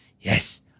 Yes